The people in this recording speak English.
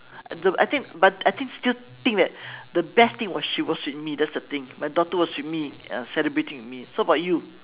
but I think but I think still think that the best thing was she was with me that's the thing my daughter was with me celebrating with me so what about you